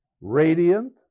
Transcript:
radiant